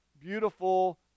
beautiful